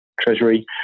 treasury